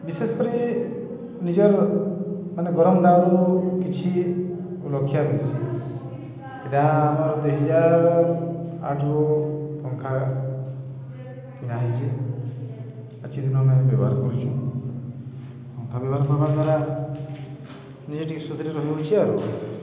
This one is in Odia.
ବିଶେଷ୍ କରି ନିଜର୍ ମାନେ ଗରମ୍ ଦାଉରୁ କିଛି ରକ୍ଷା ମିଲ୍ସି ଇଟା ଆମର୍ ଦୁଇ ହଜାର୍ ଆଠ୍ରୁ ପଙ୍ଖା କିଣା ହେଇଛେ ପ୍ରତିଦିନ୍ ଆମେ ବ୍ୟବହାର୍ କରୁଚୁଁ ପଙ୍ଖା ବ୍ୟବହାର୍ କର୍ବା ଦ୍ୱାରା ନିଜେ ଟିକେ ସୁଖରେ ରହିହଉଛେ ଆରୁ